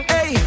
Hey